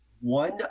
one